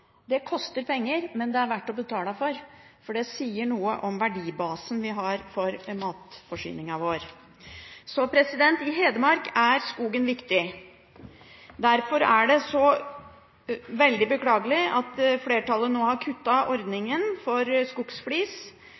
Det koster penger, men det er verdt å betale for, for det sier noe om verdibasen vi har for matforsyningen vår. I Hedmark er skogen viktig. Derfor er det så veldig beklagelig at flertallet nå har kuttet ordningen for skogsflis.